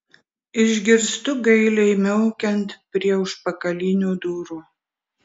išgirstu gailiai miaukiant prie užpakalinių durų